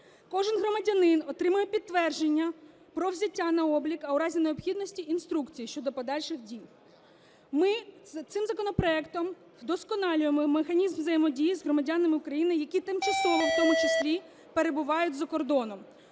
Кожен громадянин отримає підтвердження про взяття на облік, а у разі необхідності інструкцій щодо подальших дій. Ми цим законопроектом вдосконалюємо механізм взаємодії з громадянами України, які тимчасово в тому числі перебувають за кордоном.